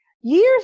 years